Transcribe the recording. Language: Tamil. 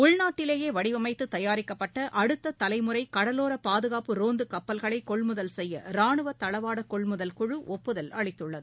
உள்நாட்டிலேயேவடிவமைத்துதயாரிக்கப்பட்ட அடுத்ததலைமுறைகடலோரபாதுகாப்பு ரோந்துகப்பல்களைகொள்முதல் செய்யரானுவதளவாடகொள்முதல் குழு ஒப்புதல் அளித்துள்ளது